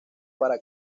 para